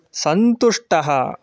सन्तुष्टः